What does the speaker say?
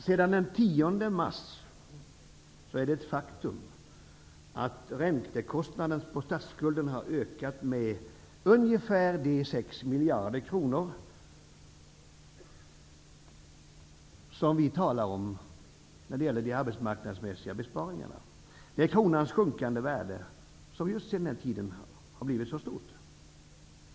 Sedan den 10 mars är det ett faktum att räntekostnaden på statsskulden har ökat med ungefär de 6 miljarder kronor som vi talar om när det gäller besparingarna inom arbetsmarknadspolitiken. Det är kronans sjunkande värde som under denna tid har lett till att räntekostnaden har blivit så stor.